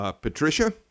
Patricia